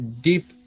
deep